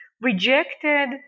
rejected